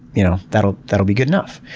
you know, that'll that'll be good enough.